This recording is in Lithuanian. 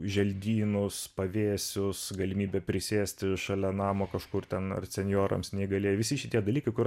želdynus pavėsius galimybę prisėsti šalia namo kažkur ten ar senjorams neįgalieji visi šitie dalykai kur